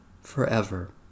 forever